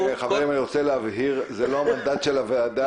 חברים, אני רוצה להבהיר זה לא המנדט של הוועדה.